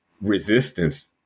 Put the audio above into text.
resistance